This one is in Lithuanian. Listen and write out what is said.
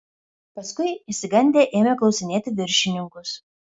paskui išsigandę ėmė klausinėti viršininkus